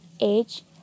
age